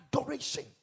Adoration